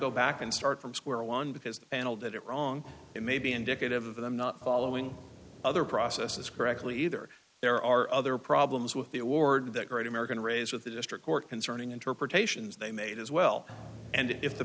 go back and start from square one because anil did it wrong it may be indicative of them not following other processes correctly either there are other problems with the award that great american raised with the district court concerning interpretations they made as well and if the